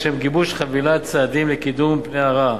לשם גיבוש חבילת צעדים לקידום פני הרעה.